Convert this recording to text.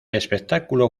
espectáculo